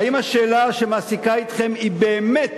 האם השאלה שמעסיקה אתכם היא באמת